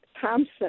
Thompson